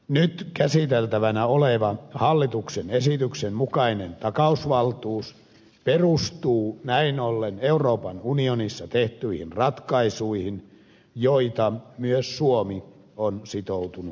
nyt käsiteltävänä oleva hallituksen esityksen mukainen takausvaltuus perustuu näin ollen euroopan unionissa tehtyihin ratkaisuihin joita myös suomi on sitoutunut noudattamaan